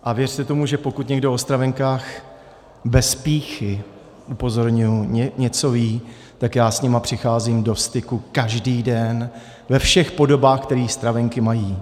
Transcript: A věřte tomu, že pokud někdo o stravenkách, bez pýchy, upozorňuji, něco ví, tak já s nimi přicházím do styku každý den ve všech podobách, které stravenky mají.